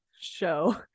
show